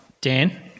Dan